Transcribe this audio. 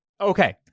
Okay